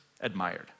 admired